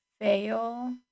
fail